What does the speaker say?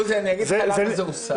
עוזי, אני אגיד לך למה זה הוסר.